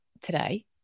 today